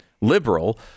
liberal